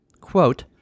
Quote